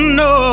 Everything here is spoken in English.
no